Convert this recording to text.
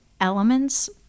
elements